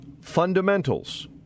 fundamentals